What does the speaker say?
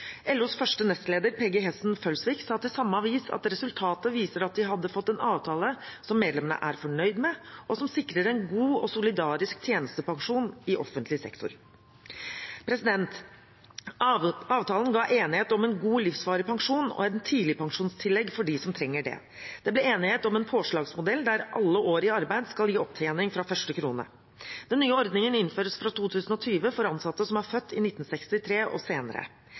LOs første nestleder, Peggy Hessen Følsvik, sa til samme avis at resultatet viser «at vi har fått en avtale som medlemmene er fornøyd med, og som sikrer oss en god og solidarisk tjenestepensjon i offentlig sektor». Avtalen ga enighet om en god, livsvarig pensjon og et tidligpensjonstillegg for dem som trenger det. Det ble enighet om en påslagsmodell der alle år i arbeid skal gi opptjening fra første krone. Den nye ordningen innføres fra 2020 for ansatte som er født i 1963 eller senere.